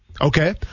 okay